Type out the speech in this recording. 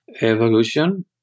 evolution